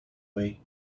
way